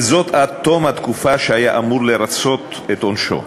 עד תום התקופה שהיה אמור לרצות את עונשו.